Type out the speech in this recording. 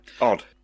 odd